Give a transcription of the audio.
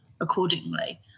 accordingly